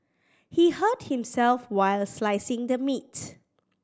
he hurt himself while slicing the meat